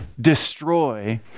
destroy